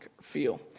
feel